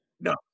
No